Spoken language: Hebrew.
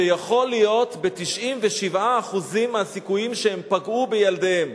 שיכול להיות, ב-97% מהסיכויים, שהם פגעו בילדיהם,